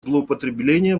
злоупотребления